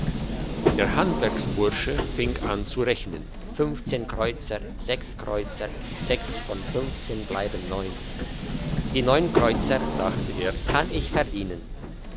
der handwerksbursche fing an zu rechnen fünfzehn kreuzer sechs kreuzer sechs von fünfzehn bleibt neun die neun kreuzer dachte er kann ich verdienen